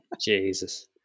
Jesus